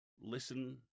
Listen